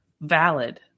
valid